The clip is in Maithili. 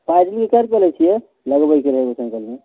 पैडीलके कए रुपैआ लै छियै लगबैके रहै साइकलमे